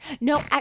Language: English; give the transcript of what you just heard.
no